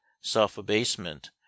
self-abasement